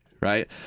Right